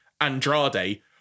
Andrade